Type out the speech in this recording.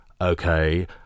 okay